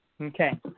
Okay